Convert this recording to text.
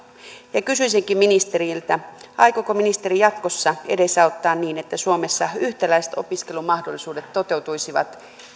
kysyisinkin ministeriltä aikooko ministeri jatkossa edesauttaa niin että suomessa yhtäläiset opiskelumahdollisuudet toteutuisivat